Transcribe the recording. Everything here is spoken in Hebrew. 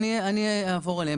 אני אעבור אליהם.